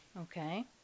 Okay